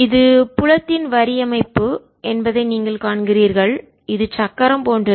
இது புலத்தின் வரி அமைப்பு என்பதை நீங்கள் காண்கிறீர்கள் இது சக்கரம் போன்றது